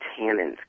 tannins